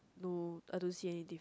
no I don't see anything